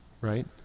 right